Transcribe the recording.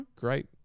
Great